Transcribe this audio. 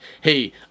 Hey